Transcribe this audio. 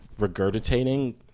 regurgitating